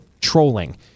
trolling